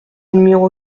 numéro